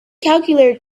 calculator